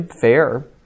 fair